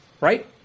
right